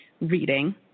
reading